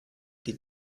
die